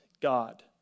God